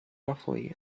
roughly